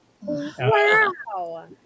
Wow